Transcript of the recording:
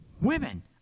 women